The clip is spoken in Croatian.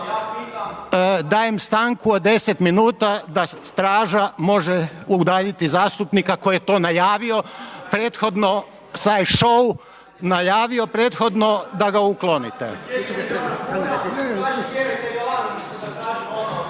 Dajem stanku od 10 minuta da straža može udaljiti zastupnika koji je to najavio prethodno taj show najavio prethodno da ga uklonite.